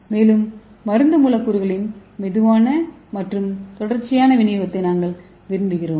மேலும் மருந்து மூலக்கூறுகளின் மெதுவான மற்றும் தொடர்ச்சியான விநியோகத்தை நாங்கள் விரும்புகிறோம்